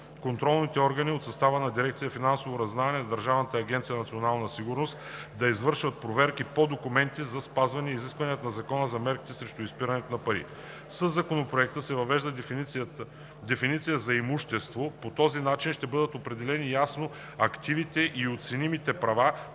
контролните органи от състава на Дирекция „Финансово разузнаване“ на Държавна агенция „Национална сигурност“ да извършват проверки по документи за спазване изискванията на Закона за мерките срещу изпирането на пари. Със Законопроекта се въвежда дефиниция за „имущество“. По този начин ще бъдат определени ясно активите и оценимите права,